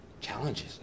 Challenges